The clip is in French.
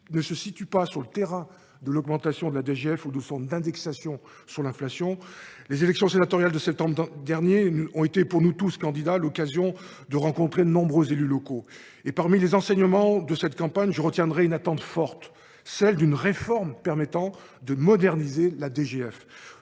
à mes yeux, sur le terrain de l’augmentation de la DGF ou de son indexation sur l’inflation. Les élections sénatoriales de septembre dernier ont été pour tous les candidats l’occasion de rencontrer de nombreux élus locaux. Parmi les enseignements de cette campagne, je retiendrai une attente forte : celle d’une réforme permettant de moderniser la DGF,